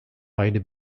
beide